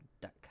duck